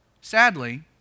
Sadly